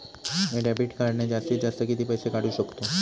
मी debit कार्डने जास्तीत जास्त किती पैसे काढू शकतो?